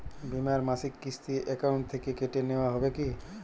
বিমার মাসিক কিস্তি অ্যাকাউন্ট থেকে কেটে নেওয়া হবে কি?